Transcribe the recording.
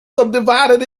subdivided